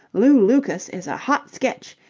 lew lucas is a hot sketch.